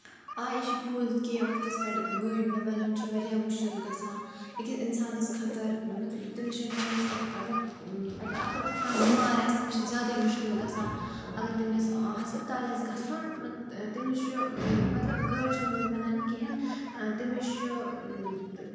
آ یہِ چھُ پوٚز کہِ وقتَس پٮ۪ٹھ گٲڑۍ نہ بَنُن چھُ واریاہ مُشکِل گژھان أکِس اِنسانَس خٲطرٕ مطلب تٔمِس چھُ نہٕ ٹایمَس پٮ۪ٹھ مطلب اَگر کانٛہہ بیمار آسہِ تٔمِس چھُ زیادے مُشکِل گژھان اَگر تٔمِس ہسپَتال آسہِ گژھُن تٔمِس چھُ مطلب گٲڑۍ چھنہٕ تٔمِس بَنان کِہیںۍ تٔمِس چھُ